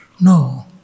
No